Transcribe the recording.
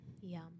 Yum